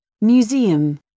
Museum